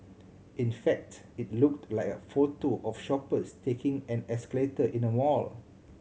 in fact it looked like a photo of shoppers taking an escalator in a mall